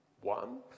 One